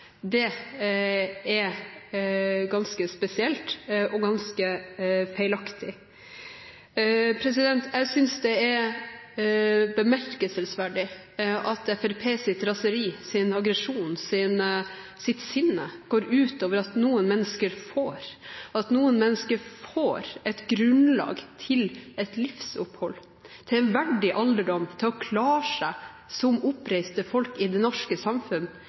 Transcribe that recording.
flyktninger, er ganske spesielt og ganske feilaktig. Jeg synes det er bemerkelsesverdig at Fremskrittspartiets raseri, aggresjon og sinne går ut over at noen mennesker får et grunnlag til livsopphold, til en verdig alderdom og til å klare seg som oppreiste folk i det norske samfunn.